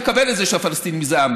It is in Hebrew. מקבל את זה שהפלסטינים זה עם,